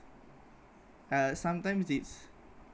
uh sometimes it's